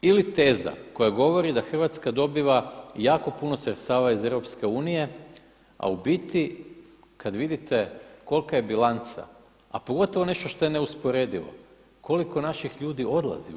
Ili teza koja govori da Hrvatska dobiva jako puno sredstva iz EU a u biti kada vidite kolika je bilanca a pogotovo nešto što je neusporedivo koliko naših ljudi odlazi u EU.